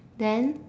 then